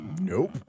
nope